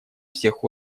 всех